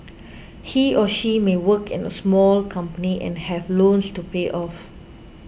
he or she may work in a small company and have loans to pay off